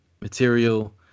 material